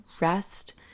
rest